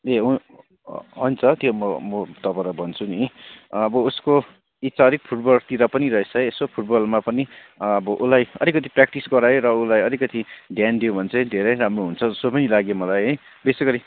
ए हुन् हुन्छ त्यो म म तपाईँलाई भन्छु नि अब उसको इच्छा अलिक फुटबलतिर पनि रहेछ यसो फुटबलमा पनि अब उसलाई अलिकति प्र्याक्टिस गरायो र उसलाई अलिकति ध्यान दियो भने चाहिँ धेरै राम्रो हुन्छ जस्तो पनि लाग्यो मलाई है विशेषगरी